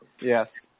yes